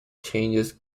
changes